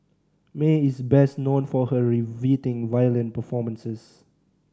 Mae is best known for her riveting violin performances